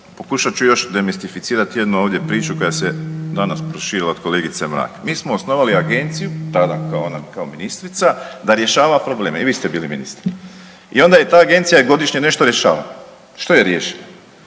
pokušat ću još deministrificirat jednu ovdje priču koja se danas proširila od kolegice Mrak. Mi smo osnovali agenciju tada ona kao ministrica da rješava probleme i vi ste bili ministar i onda je ta agencija godišnje nešto rješavala. Što je riješila?